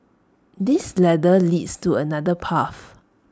this ladder leads to another path